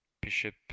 Bishop